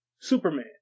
Superman